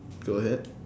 go ahead